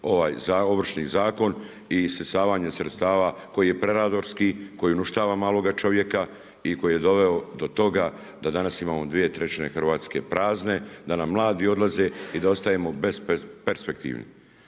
ovaj Ovršni zakon i isisavanje sredstava koji je predatorski koji uništava maloga čovjeka i koji je doveo do toga da danas imamo dvije trećine Hrvatske prazne, da nam mladi odlaze i da ostajemo bez perspektivni.